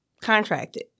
contracted